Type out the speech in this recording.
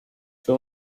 fue